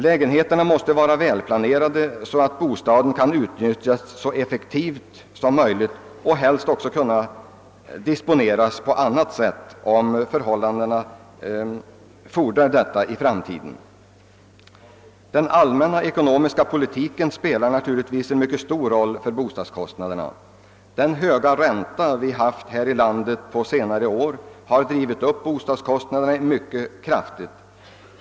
Lägenheterna måste vara välplanerade, så att bostaden kan utnyttjas så effektivt som möjligt och helst också disponeras på ett sådant sätt att omändringar kan göras utan alltför höga kostnader om förhållandena i framtiden skulle fordra det. Den allmänna ekonomiska politiken spelar naturligtvis en mycket viktig roll för bostadskostnaderna. Den mycket höga ränta vi haft här i landet de senaste åren har drivit upp bostadskostnaderna mycket kraftigt.